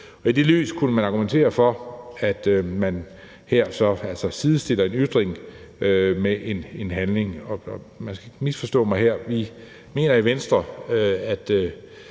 I det lys kunne man argumentere for, at man så altså her sidestiller en ytring med en handling, og man skal her ikke misforstå mig. Vi mener i Venstre